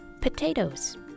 Potatoes